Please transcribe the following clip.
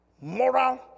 moral